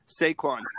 Saquon